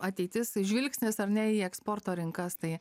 ateitis žvilgsnis ar ne į eksporto rinkas tai